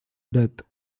death